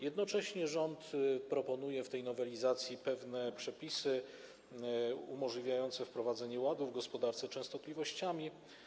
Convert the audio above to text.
Jednocześnie rząd proponuje w tej nowelizacji pewne przepisy umożliwiające wprowadzenie ładu w gospodarce częstotliwościami.